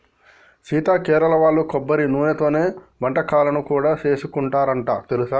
సీత కేరళ వాళ్ళు కొబ్బరి నూనెతోనే వంటకాలను కూడా సేసుకుంటారంట తెలుసా